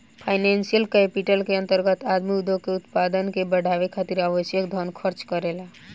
financial capital के अंतर्गत आदमी उद्योग के उत्पादन के बढ़ावे खातिर आवश्यक धन खर्च करेला